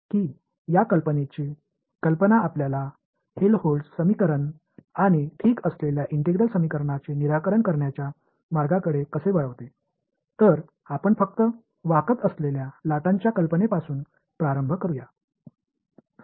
இந்த யோசனை ஹெல்ம்ஹோல்ட்ஸ்என்று அழைக்கப்படும் சமன்பாடு மற்றும் வரும் ஒருங்கிணைந்த சமன்பாடுகளை தீர்க்கும் வழிகள் நம்மை எவ்வாறு வழிநடத்துகிறது என்பதை அங்கிருந்து பார்ப்போம்